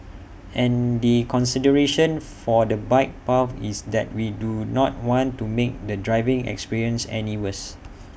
and the consideration for the bike path is that we do not want to make the driving experience any worse